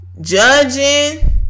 judging